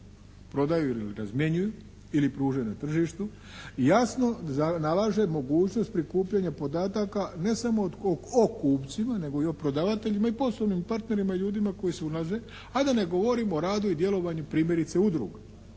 prodaju ili razmjenjuju ili pruže na tržištu, jasno nalaže mogućnost prikupljanja podataka ne samo o kupcima nego i o prodavateljima i poslovnim partnerima i ljudima koji su … /Ne razumije se./ … a da ne govorim o radu i djelovanju primjerice udruga.